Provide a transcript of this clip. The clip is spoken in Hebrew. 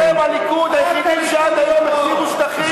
אתם, הליכוד, היחידים שעד היום החזירו שטחים,